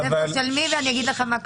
של מי, ואני אגיד לך מה כתוב.